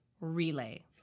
Relay